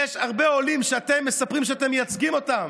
יש הרבה עולים שאתם מספרים שאתם מייצגים אותם.